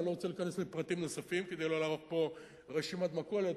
ואני לא רוצה להיכנס לפרטים נוספים כדי לא לערוך פה רשימת מכולת.